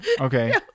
Okay